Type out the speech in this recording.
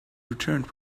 returned